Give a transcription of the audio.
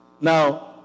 Now